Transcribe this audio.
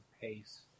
pace